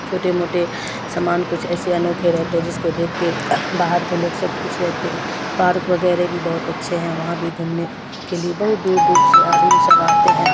چھوٹے موٹے سامان کچھ ایسے انوکھے رہتے ہیں جس کو دیکھ کے باہر کے لوگ سب کچھ رہتے ہیں پارک وغیرہ بھی بہت اچھے ہیں وہاں بھی گھومنے کے لیے بہت دور دور سے آدمی سب آتے ہیں